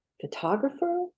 photographer